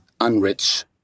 unrich